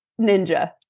Ninja